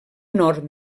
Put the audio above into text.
nord